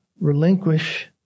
relinquish